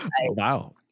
Wow